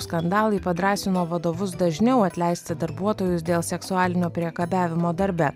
skandalai padrąsino vadovus dažniau atleisti darbuotojus dėl seksualinio priekabiavimo darbe